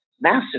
massive